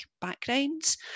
backgrounds